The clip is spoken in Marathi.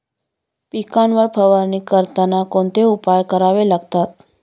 पिकांवर फवारणी करताना कोणते उपाय करावे लागतात?